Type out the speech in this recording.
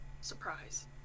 surprise